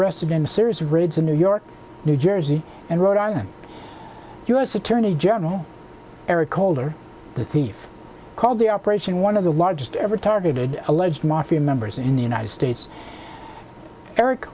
raids in new york new jersey and rhode island u s attorney general eric holder the thief called the operation one of the largest ever targeted alleged mafia members in the united states eric